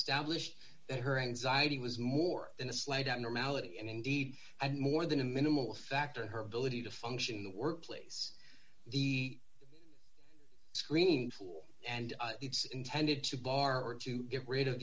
establish that her anxiety was more than a slight abnormality and indeed had more than a minimal factor her ability to function in the workplace the screenful and it's intended to borrow or to get rid of